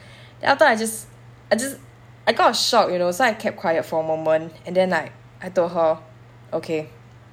then after I just I just I shocked you know so I kept quiet for a moment and then like I told her okay